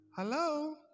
Hello